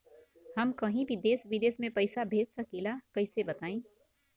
हम कहीं भी देश विदेश में पैसा भेज सकीला कईसे बताई?